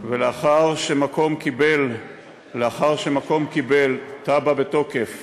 ולאחר שמקום קיבל תב"ע בתוקף